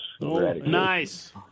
Nice